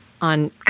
on